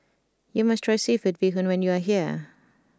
you must try Seafood Bee Hoon when you are here